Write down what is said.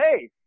hey